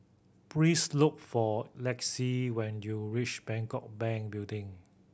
please look for Lexie when you reach Bangkok Bank Building